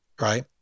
right